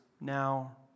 now